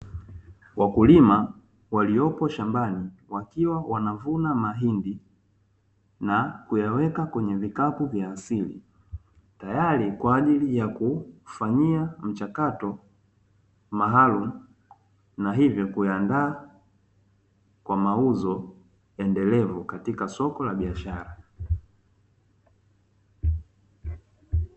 Wakulima walioko shambani wakiwa wanavuna mahindi na kuyaweka katika vikapu vya asili, tayari kwa ajili ya kuyafanyia mchakato maalumu na hivyo kuyaandaa kwa mauzo endelevu katika soko la biashara.